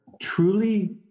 Truly